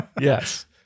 Yes